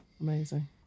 Amazing